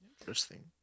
Interesting